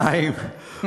כל הכבוד לך.